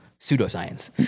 pseudoscience